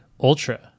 Ultra